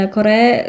Korea